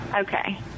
okay